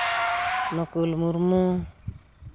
Nukul Murmu